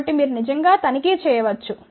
కాబట్టి మీరు నిజంగా తనిఖీ చేయ వచ్చు